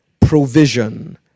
provision